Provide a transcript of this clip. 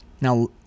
Now